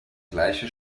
gleiche